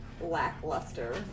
lackluster